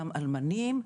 גם אלמנים,